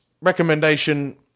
recommendation